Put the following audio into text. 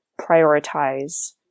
prioritize